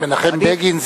מנחם בגין,